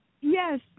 Yes